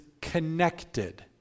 connected